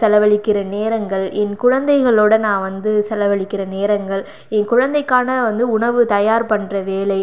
செலவளிக்கிற நேரங்கள் என் குழந்தைகளோடய நான் வந்து செலவளிக்கிற நேரங்கள் என் குழந்தைக்கான வந்து உணவு தயார் பண்ணுற வேலை